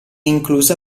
inclusa